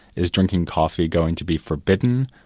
is drinking coffee going to be forbidden,